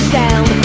down